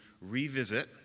revisit